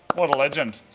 what a legend.